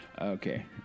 okay